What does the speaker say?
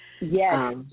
Yes